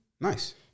Nice